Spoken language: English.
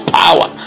power